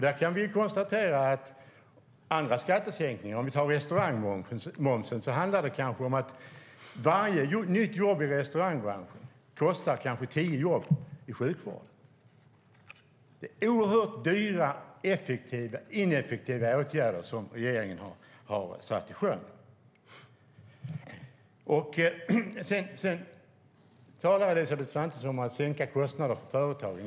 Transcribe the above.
Vi kan konstatera att till exempel sänkningen restaurangmomsen innebär att varje nytt jobb i restaurangbranschen kostar kanske tio jobb i sjukvården. Det är oerhört dyra och ineffektiva åtgärder som regeringen har satt i sjön. Elisabeth Svantesson talade om att sänka kostnader för företagen.